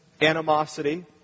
animosity